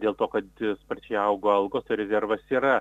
dėl to kad sparčiai augo algos rezervas yra